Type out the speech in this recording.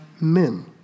men